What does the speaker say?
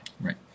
right